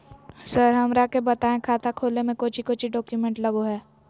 Sir हमरा के बताएं खाता खोले में कोच्चि कोच्चि डॉक्यूमेंट लगो है?